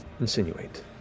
insinuate